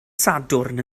sadwrn